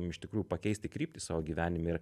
iš tikrųjų pakeisti kryptį savo gyvenime ir